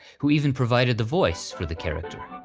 who even provided the voice for the character.